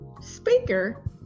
speaker